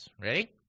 Ready